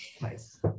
Nice